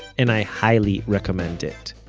and i highly recommend it.